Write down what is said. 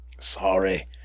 sorry